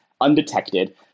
undetected